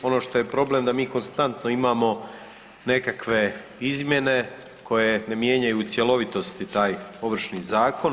Ono što je problem da mi konstantno imamo nekakve izmjene koje ne mijenjaju u cjelovitosti taj Ovršni zakon.